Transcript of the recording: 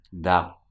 Da